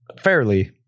fairly